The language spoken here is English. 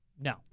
no